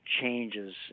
changes